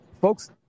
folks